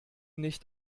nicht